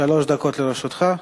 שלוש דקות לרשותך.